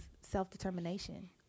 self-determination